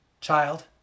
Child